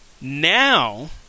Now